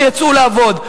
שיצאו לעבוד.